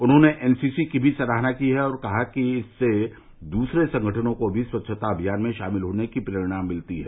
उन्होंने एनसीसी की मी सराहना की है और कहा है कि इससे दूसरे संगठनों को भी स्वच्छता अभियान में शामिल होने की प्रेरणा मिलेगी